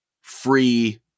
free